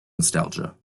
nostalgia